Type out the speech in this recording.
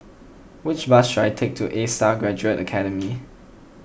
which bus should I take to A Star Gaduate Academy